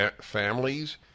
Families